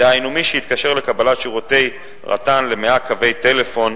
דהיינו מי שהתקשר לקבלת שירותי רט"ן ל-100 קווי טלפון,